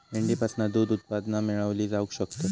मेंढीपासना दूध उत्पादना मेळवली जावक शकतत